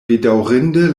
bedaŭrinde